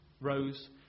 rose